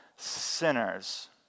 sinners